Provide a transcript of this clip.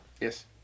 Yes